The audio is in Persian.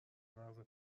مغر